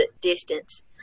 distance